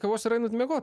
kavos ir einat miegot